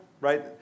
right